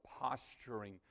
posturing